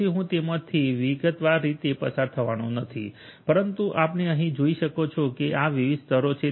તેથી હું તેમાંથી વિગતવાર રીતે પસાર થવાનો નથી પરંતુ આપણે અહીં જોઈ શકો છો કે આ વિવિધ સ્તરો છે